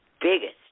biggest